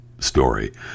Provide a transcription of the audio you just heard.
story